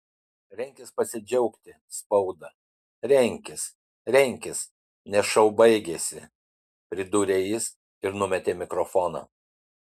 renkis pasidžiaugti spauda renkis renkis nes šou baigėsi pridūrė jis ir numetė mikrofoną